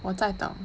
我在等